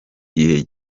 gihe